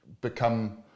become